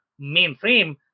mainframe